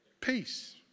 peace